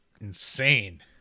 insane